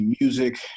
Music